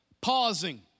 pausing